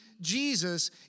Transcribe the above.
Jesus